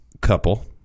couple